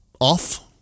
off